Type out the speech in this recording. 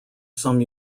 some